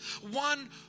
One